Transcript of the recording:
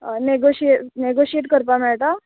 negotiate negotiate करपा मेयटा